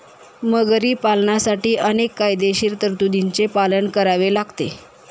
मगरी पालनासाठी अनेक कायदेशीर तरतुदींचे पालन करावे लागते